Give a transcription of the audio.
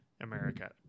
America